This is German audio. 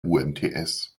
umts